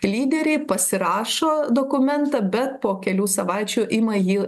lyderiai pasirašo dokumentą bet po kelių savaičių ima jį